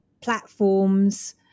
platforms